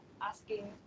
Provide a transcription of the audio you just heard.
asking